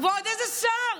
ועוד איזה שר,